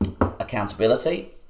accountability